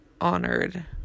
honored